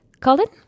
Colin